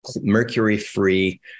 mercury-free